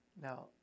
Now